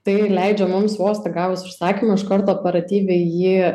tai leidžia mums vos tik gavus užsakymą iš karto operatyviai jį